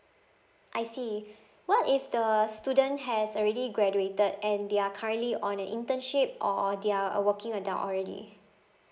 I see what if the student has already graduated and they are currently on a internship or they're a working adult already